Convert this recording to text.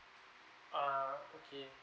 uh okay